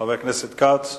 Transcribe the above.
חבר הכנסת כץ,